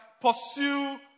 pursue